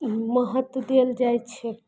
महत्व देल जाइ छै